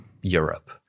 Europe